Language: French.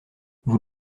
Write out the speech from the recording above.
vous